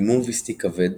דימום וסתי כבד